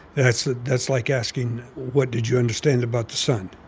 that's ah that's like asking, what did you understand about the sun?